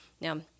now